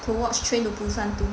to watch Train to Busan two